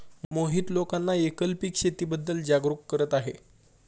मोहित लोकांना एकल पीक शेतीबद्दल जागरूक करत आहे